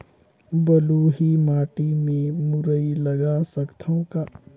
बलुही माटी मे मुरई लगा सकथव का?